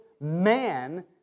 man